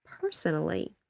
personally